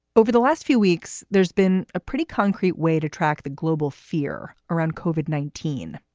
over the last few weeks, there's been a pretty concrete way to track the global fear around covered nineteen,